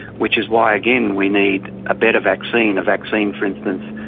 which is why again we need a better vaccine, a vaccine, for instance,